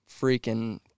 freaking